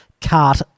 cart